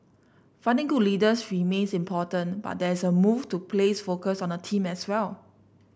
finding good leaders remains important but there is a move to place focus on the team as well